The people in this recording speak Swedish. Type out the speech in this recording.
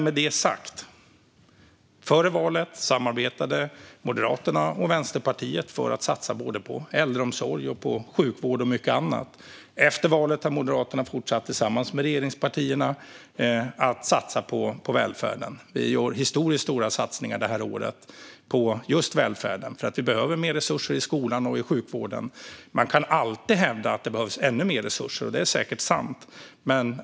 Med detta sagt: Före valet samarbetade Moderaterna och Vänsterpartiet för att satsa på äldreomsorg, sjukvård och mycket annat. Efter valet har Moderaterna tillsammans med regeringspartierna fortsatt att satsa på välfärden. Vi gör historiskt stora satsningar det här året på just välfärden, för det behövs mer resurser i skolan och i sjukvården. Man kan alltid hävda att det behövs ännu mer resurser, och det är säkert sant.